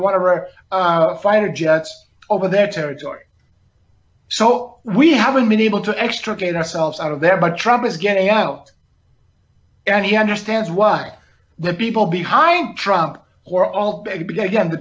whatever fighter jets over their territory so we haven't been able to extricate ourselves out of there but trump is getting out and he understands why the people behind trump or all